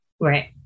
Right